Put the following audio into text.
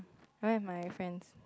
I went with my friends